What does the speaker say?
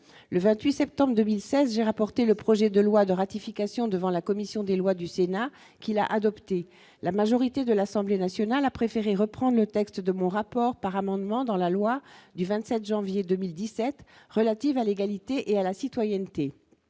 le 28 septembre 2016 j'ai rapporté le projet de loi de ratification devant la commission des lois du Sénat qui l'a adopté, la majorité de l'Assemblée nationale a préféré reprend le texte de mon rapport par amendement dans la loi du 27 janvier 2017 relative à l'égalité et à la citoyenneté,